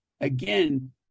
again